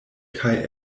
kaj